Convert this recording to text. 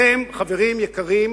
אתם, חברים יקרים,